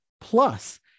Plus